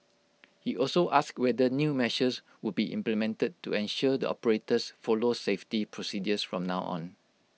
he also asked whether new measures would be implemented to ensure the operators follow safety procedures from now on